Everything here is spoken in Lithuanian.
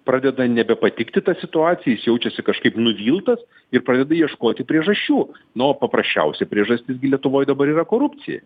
pradeda nebepatikti ta situacija jis jaučiasi kažkaip nuviltas ir pradeda ieškoti priežasčių nu o paprasčiausia priežastis gi lietuvoj dabar yra korupcija